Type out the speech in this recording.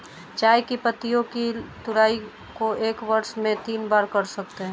चाय की पत्तियों की तुड़ाई को एक वर्ष में तीन बार कर सकते है